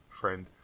friend